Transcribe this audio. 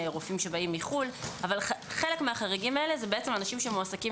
רופאים שבאים מחו"ל אבל חלק מהחריגים הללו מועסקים